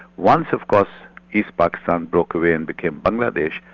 once of course east pakistan broke away and became bangladesh,